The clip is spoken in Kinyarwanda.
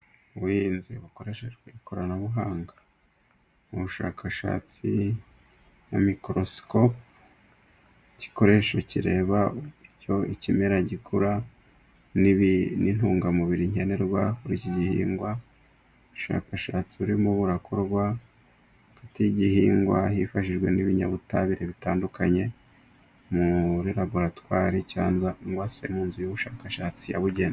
Ubuhinzi bukoreshejwe ikoranabuhanga. Mu bushakashatsi mu mikorosikopi, igikoresho kireba uburyo ikimera gikura, n'intungamubiri nkenerwa kuri iki gihingwa, ubushakashatsi burimo burakorwa hagati y'igihingwa hifashishijwe n'ibinyabutabire bitandukanye, muri laboratwari cyangwa se mu nzu y'ubushakashatsi yabugenwe.